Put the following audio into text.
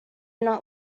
not